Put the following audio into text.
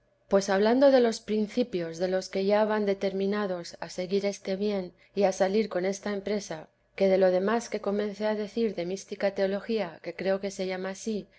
pues hablando de los principios de los que ya van determinados a seguir este bien y a salir con esta empresa que de lo demás que comencé a decir de mística teología que creo se llama ansí diré más adelante en estos principios está todo el mayor trabajo porque son ellos los que trabajan dando el